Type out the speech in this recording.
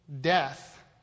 death